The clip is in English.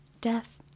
death